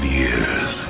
years